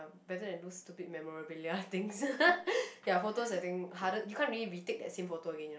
better than those stupid memorabilia things ya photos I think harder you can't really retake the same photos you know